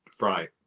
Right